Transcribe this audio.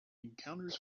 encounters